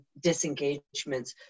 disengagements